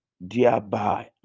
thereby